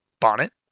Bonnet